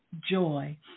joy